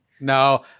no